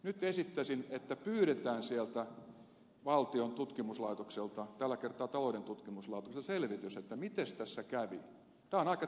nyt esittäisin että pyydetään sieltä valtion tutkimuslaitokselta tällä kertaa talouden tutkimuslaitokselta selvitys miten tässä kävi